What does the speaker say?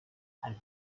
ein